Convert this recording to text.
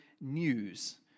news